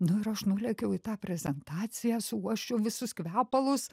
nu ir aš nulėkiau į tą prezentaciją suuosčiau visus kvepalus